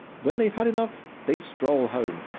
when they have had enough, they stroll home.